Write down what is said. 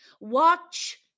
watch